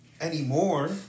anymore